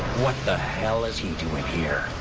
what the hell is he doing here?